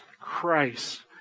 Christ